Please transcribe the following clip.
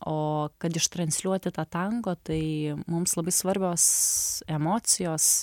o kad ištransliuoti tą tango tai mums labai svarbios emocijos